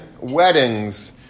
weddings